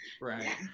right